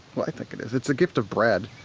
well i think it is, it's a gift of bread.